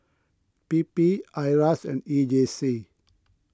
P P Iras and E J C